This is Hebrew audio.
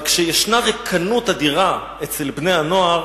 אבל כשיש ריקנות אדירה אצל בני-הנוער,